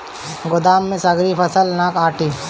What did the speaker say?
गोदाम में सगरी फसल ना आटी